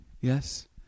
Yes